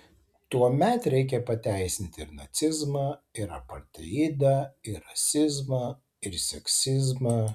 tuomet reikia pateisinti ir nacizmą ir apartheidą ir rasizmą ir seksizmą